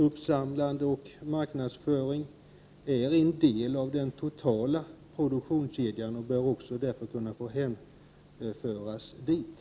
Uppsamlande och marknadsföring är en del av den totala produktionskedjan och bör därför också kunna få hänföras dit.